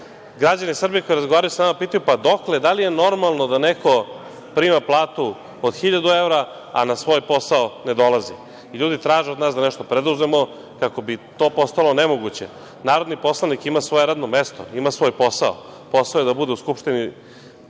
nema. Građani Srbije, kada razgovaraju sa nama, pitaju, pa dokle, da li je normalno da neko prima platu od hiljadu evra, a na svoj posao ne dolazi. Ljudi traže od nas da nešto preduzmemo, kako bi to postalo nemoguće. Narodni poslanik ima svoje radno mesto, ima svoj posao. Posao mu je da bude u Skupštini